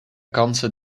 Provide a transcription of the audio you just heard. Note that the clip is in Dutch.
kansen